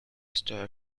stir